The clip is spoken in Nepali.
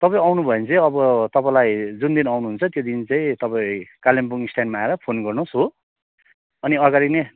तपाईँ आउनुभयो भने चाहिँ अब तपाईँलाई जुन दिन आउनुहुन्छ त्यो दिन चाहिँ तपाईँ कालिम्पोङ स्ट्यान्डमा आएर फोन गर्नुहोस् हो अनि अगाडि नै